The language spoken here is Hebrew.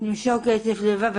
למשוך כסף לבד.